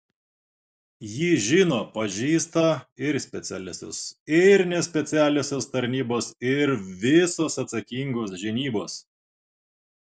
jį žino pažįsta ir specialiosios ir nespecialiosios tarnybos ir visos atsakingos žinybos